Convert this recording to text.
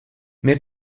mais